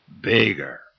Bigger